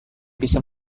bisa